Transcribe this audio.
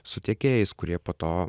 su tiekėjais kurie po to